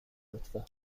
لطفا